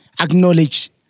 Acknowledge